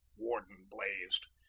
worden blazed.